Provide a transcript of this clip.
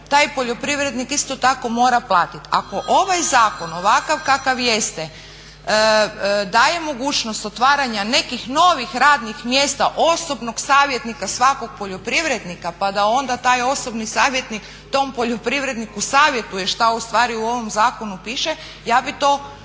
taj poljoprivrednik isto tako mora platiti. Ako ovaj zakon ovakav kakav jeste daje mogućnost otvaranja nekih novih radnih mjesta osobnog savjetnika svakog poljoprivrednika pa da onda taj osobni savjetnik tom poljoprivredniku savjetuje što ustvari u ovom zakonu piše ja bih to podržala.